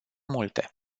multe